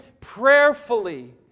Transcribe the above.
prayerfully